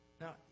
Now